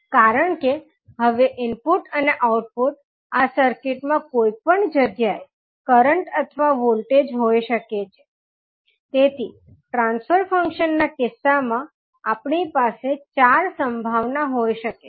હવે કારણ કે ઇનપુટ અને આઉટપુટ આ સર્કિટ માં કોઈપણ જગ્યાએ કરંટ અથવા વોલ્ટેજ હોઈ શકે છે તેથી ટ્રાન્સફર ફંક્શન ના કિસ્સામાં આપણી પાસે ચાર સંભાવના હોઈ શકે છે